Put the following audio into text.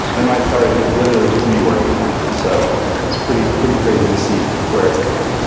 and when i started, it was literally just me working on it. so it's pretty pretty crazy to see where it's gone.